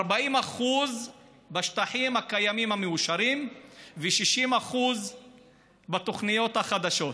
40% בשטחים הקיימים המאושרים ו-60% בתוכניות החדשות.